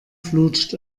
flutscht